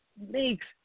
makes